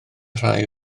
rhai